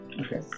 Okay